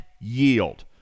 yield